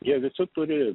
jie visi turi